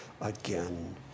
again